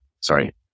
sorry